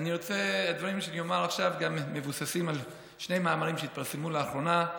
הדברים שאני אומר עכשיו גם מבוססים על שני מאמרים שפורסמו לאחרונה: